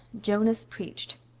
jonas preached.